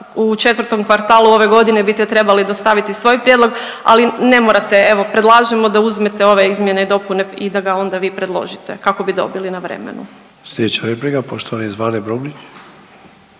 u 4. kvartalu ove godine bite trebali dostaviti svoj prijedlog, ali ne morate, evo, predlažemo da uzmete ove izmjene i dopune i da ga onda vi predložite kako bi dobili na vremenu. **Sanader, Ante (HDZ)** Sljedeća replika, poštovani Zvane Brumnić.